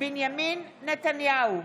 בנימין נתניהו,